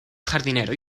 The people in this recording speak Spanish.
jardinero